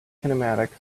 kinematics